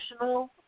emotional